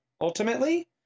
ultimately